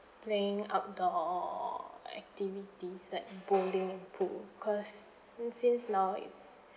playing outdoors activities like bowling and pool cause since now it's